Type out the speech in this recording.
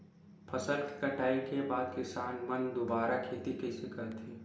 फसल के कटाई के बाद किसान मन दुबारा खेती कइसे करथे?